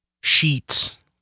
sheets